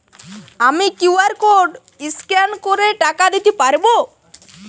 আমি QR code scan করে টাকা দিতে পারবো?